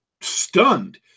stunned